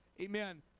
Amen